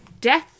death